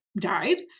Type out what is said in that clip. died